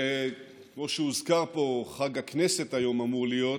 כמו שהוזכר פה, חג הכנסת אמור להיות היום,